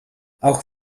auch